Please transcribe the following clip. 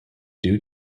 due